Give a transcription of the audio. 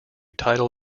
tidal